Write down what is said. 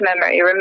memory